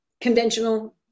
conventional